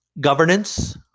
governance